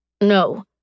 No